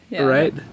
Right